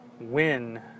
win